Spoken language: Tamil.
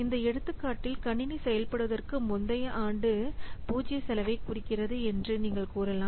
இந்த எடுத்துக்காட்டில் கணினி செயல்படுவதற்கு முந்தைய ஆண்டு 0 செலவைக் குறிக்கிறது என்று நீங்கள் கூறலாம்